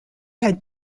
had